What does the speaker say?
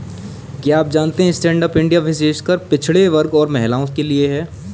क्या आप जानते है स्टैंडअप इंडिया विशेषकर पिछड़े वर्ग और महिलाओं के लिए है?